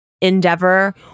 endeavor